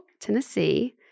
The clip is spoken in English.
Tennessee